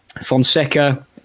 Fonseca